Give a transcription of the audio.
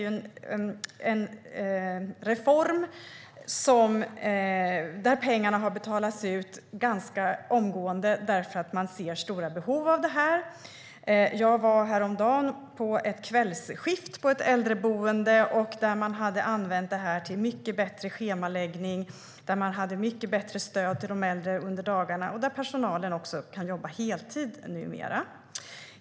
Det här är en reform där pengarna har betalats ut ganska omgående, eftersom vi ser stora behov. Jag var häromdagen på ett kvällsskift på ett äldreboende där man hade använt dessa pengar till mycket bättre schemaläggning och ett mycket bättre stöd till de äldre under dagarna. Personalen kan numera även jobba heltid.